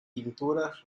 pinturas